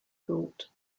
thought